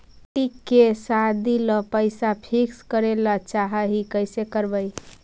बेटि के सादी ल पैसा फिक्स करे ल चाह ही कैसे करबइ?